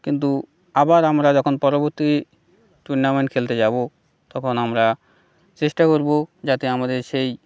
কিন্তু আবার আমরা যখন পরবর্তী টুর্নামেন্ট খেলতে যাবো তখন আমরা চেষ্টা করবো যাতে আমাদের সেই